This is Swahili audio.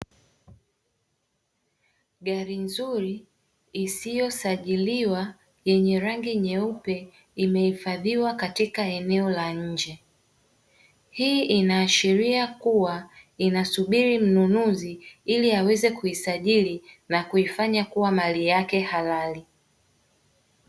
Gari nzuri isiyo sajiliwa yenye rangi nyeupe imehifadhiwa katika eneo la nje. Hii inaashiria kuwa inasubiri mnunuzi ili aweza kuisajili na kuifanya kuwa mali yake halali.